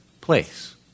place